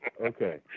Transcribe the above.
Okay